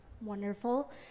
wonderful